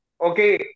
Okay